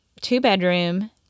two-bedroom